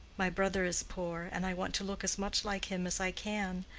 my brother is poor, and i want to look as much like him as i can,